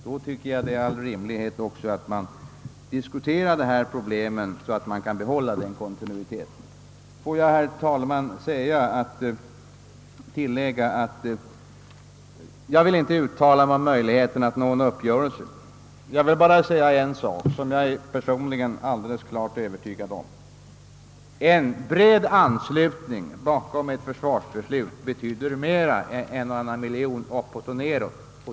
Jag tycker då att det är rimligt att dessa problem diskuteras på ett sådant sätt att man kan behålla den kontinuiteten. Jag vill inte uttala mig om möjligheterna att nå en uppgörelse, men jag vill tillägga en sak som jag är helt övertygad om. En bred anslutning bakom ett försvarsbeslut betyder mer än en eller annan miljon kronor uppåt eller neråt.